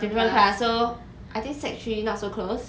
different class so I think sec three not so close